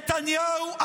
נתניהו,